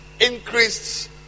increased